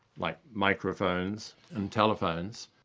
like microphones, and telephones,